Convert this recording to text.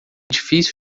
difícil